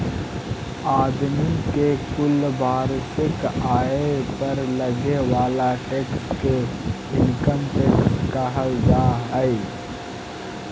आदमी के कुल वार्षिक आय पर लगे वाला टैक्स के इनकम टैक्स कहल जा हई